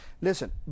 Listen